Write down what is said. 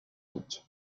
août